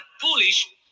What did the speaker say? foolish